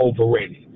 overrated